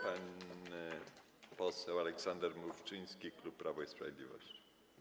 Pan poseł Aleksander Mrówczyński, klub Prawo i Sprawiedliwość.